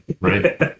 right